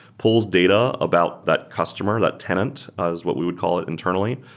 pulls data about that customer, that tenant, as what we would call it internally.